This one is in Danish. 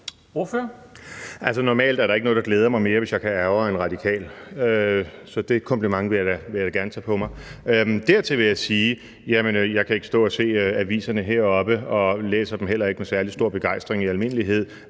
normalt er der ikke noget, der glæder mig mere, end hvis jeg kan ærgre en radikal, så den kompliment vil jeg da gerne tage på mig. Dertil vil jeg sige, at jeg ikke kan stå heroppe og se aviserne, og jeg læser dem heller ikke med særlig stor begejstring i almindelighed.